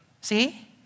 See